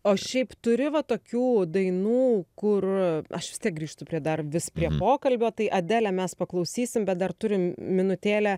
o šiaip turi va tokių dainų kur aš vis tiek grįžtu prie dar vis prie pokalbio tai adelę mes paklausysim bet dar turim minutėlę